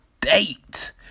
date